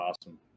awesome